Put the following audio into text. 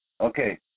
Okay